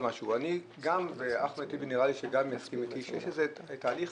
אחמד טיבי יסכים איתי שיש תהליך